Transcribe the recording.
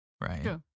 right